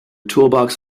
toolbox